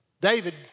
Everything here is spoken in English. David